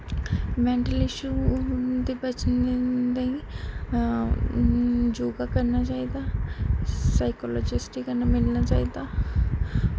mental issue होन ते पता चली जंदा योगा करना चाहिदा साइकोलॉजिस्ट कन्नै मिलना चाहिदा